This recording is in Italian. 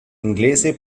inglese